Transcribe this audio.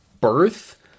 birth